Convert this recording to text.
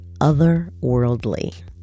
otherworldly